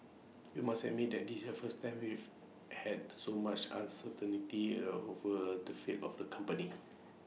we must admit this your first time we've had so much over A the fate of the company